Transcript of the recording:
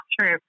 true